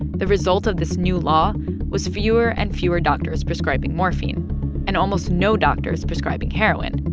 the result of this new law was fewer and fewer doctors prescribing morphine and almost no doctors prescribing heroin.